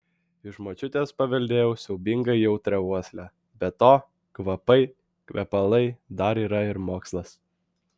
iš močiutės paveldėjau siaubingai jautrią uoslę be to kvapai kvepalai dar yra ir mokslas